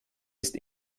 ist